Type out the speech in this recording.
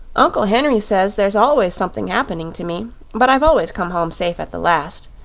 uncle henry says there's always something happening to me but i've always come home safe at the last.